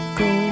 go